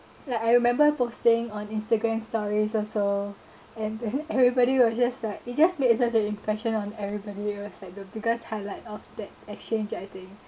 like I remember posting on instagram stories also and then everybody were just like it just made a sense of impression on everybody it was like the biggest highlight of that exchange I think